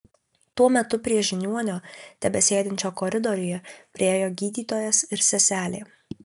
tuo metu prie žiniuonio tebesėdinčio koridoriuje priėjo gydytojas ir seselė